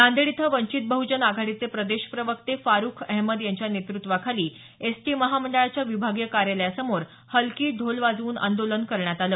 नांदेड इथं वंचित बहुजन आघाडीचे प्रदेश प्रवक्ते फारूख अहमद यांच्या नेतृत्वाखाली एस टी महामंडळाच्या विभागीय कार्यालयासमोर हलकी ढोल वाजवून आंदोलन करण्यात आलं